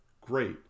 great